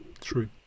true